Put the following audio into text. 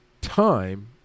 time